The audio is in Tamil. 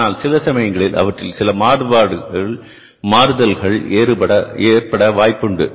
ஆனால் சில சமயங்களில் அவற்றில் சில மாறுதல்கள் ஏற்பட வாய்ப்பு உண்டு